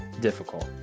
difficult